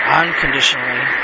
unconditionally